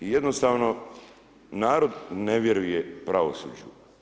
I jednostavno, narod ne vjeruje pravosuđu.